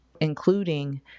including